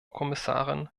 kommissarin